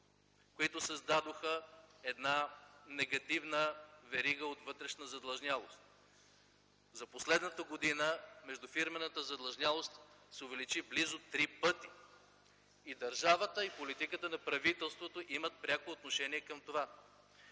които създадоха една негативна верига от вътрешна задлъжнялост. За последната година междуфирмената задлъжнялост се увеличи близо три пъти. И държавата, и политиката на правителството имат пряко отношение към това.